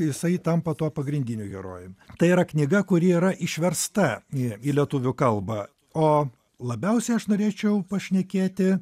jisai tampa tuo pagrindiniu herojum tai yra knyga kuri yra išversta į į lietuvių kalbą o labiausiai aš norėčiau pašnekėti